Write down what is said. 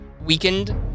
weakened